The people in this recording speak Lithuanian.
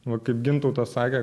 va kaip gintautas sakė